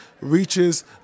reaches